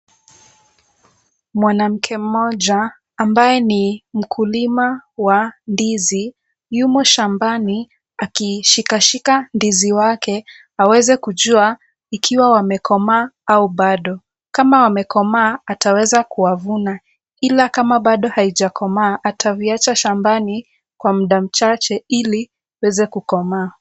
Mwanamke mmoja ambaye ni mkulima wa ndizi yumo shambani akishikashika ndizi wake aweze kujua ikiwa wamekomaa au bado. Kama wamekomaa ataweza kuwavuna, ila kama bado haijokomaa ataviacha shambani kwa muda mchache ili iweze kukomaa.